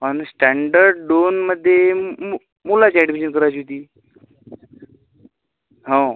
आणि स्टँडर्ड दोनमध्ये मु मुलाची ॲडमिशन करायची होती हो